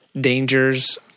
dangers